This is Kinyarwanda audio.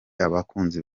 abakunzi